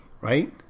right